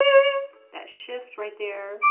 that shift right there.